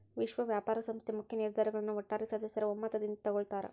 ವಿಶ್ವ ವ್ಯಾಪಾರ ಸಂಸ್ಥೆ ಮುಖ್ಯ ನಿರ್ಧಾರಗಳನ್ನ ಒಟ್ಟಾರೆ ಸದಸ್ಯರ ಒಮ್ಮತದಿಂದ ತೊಗೊಳ್ತಾರಾ